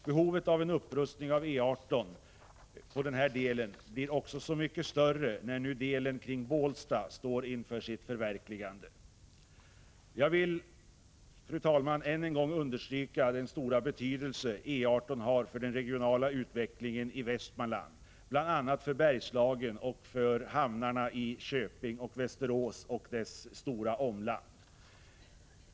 Behovet av en upprustning av E 18 på denna del blir så mycket större när nu delen kring Bålsta står inför sitt förverkligande. Jag vill, fru talman, än en gång understryka den stora betydelse E 18 har för den regionala utvecklingen i Västmanland, för Bergslagen och för hamnarna i Köping och Västerås samt deras stora trafikomland.